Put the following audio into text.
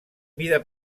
mida